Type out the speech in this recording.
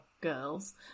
Girls